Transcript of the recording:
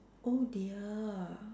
oh dear